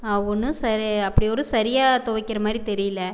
ஒன்று சரி அப்படி ஒரு சரியாக துவைக்கிற மாதிரி தெரியல